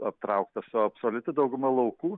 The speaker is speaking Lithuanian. aptrauktas o absoliuti dauguma laukų